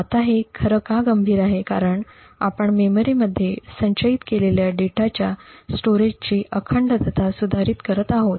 आता हे खरं का गंभीर आहे कारण आपण मेमरीमध्ये संचयित केलेल्या डेटाच्या स्टोरेजची अखंडता सुधारित करत आहोत